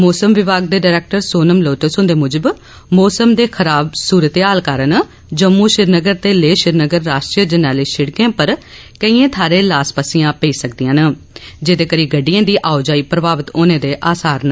मौसम विभाग दे डरैक्टर सोनम लोटस हुंदे मुजब मौसम दे खराब सूरते हाल कारण जम्मू श्रीनगर ते लेह श्रीनगर राष्ट्री जरनैली सिड़कें पर केई थाहरें ल्हास पस्सियां पेई सकदिआं न जेहदे करी गंडिडएं दी आओजाई प्रमावत होने दे असार न